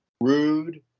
Rude